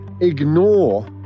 ignore